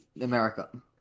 America